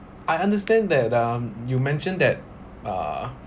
I understand that um you mentioned that uh